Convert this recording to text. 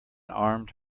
armed